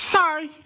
Sorry